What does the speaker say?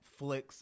Netflix